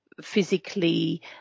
physically